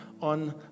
on